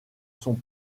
sont